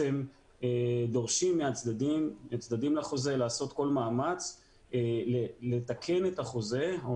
דורשים מהצדדים לחוזה לעשות כל מאמץ לתקן את החוזה או